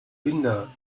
binder